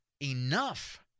enough